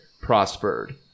prospered